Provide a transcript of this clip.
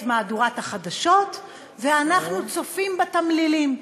מהדורת החדשות ואנחנו צופים בתמלילים.